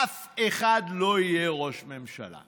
אף אחד לא יהיה ראש ממשלה?